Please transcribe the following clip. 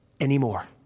anymore